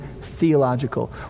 theological